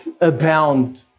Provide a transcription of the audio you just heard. abound